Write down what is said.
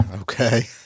Okay